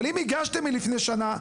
אבל אם הגשתם לפני שנה,